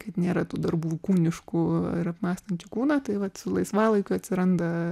kad nėra tų darbų kūniškų ir apmąstančių kūną tai vat laisvalaikiu atsiranda